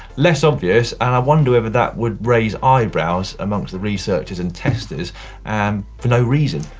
less obvious, and i wonder if that would raise eyebrows amongst the researchers and testers and for no reason.